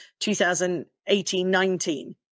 2018-19